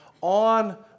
on